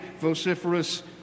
vociferous